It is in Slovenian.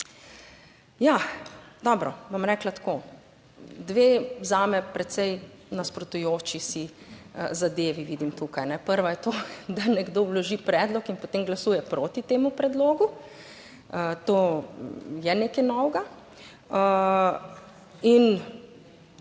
dobro, bom rekla tako, dve zame precej nasprotujoči si zadevi vidim tukaj. Prva je to, da nekdo vloži predlog in potem glasuje proti temu predlogu, to je nekaj novega.